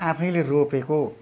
आफैले रोपेको